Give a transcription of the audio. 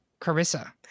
Carissa